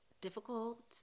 difficult